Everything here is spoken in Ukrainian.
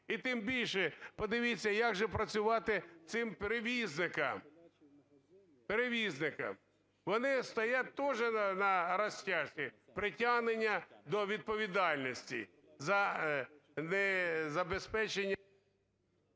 І тим більше, подивіться, як же працювати цим перевізникам, перевізникам. Вони стоять тоже на розтяжці притягнення до відповідальності за незабезпечення…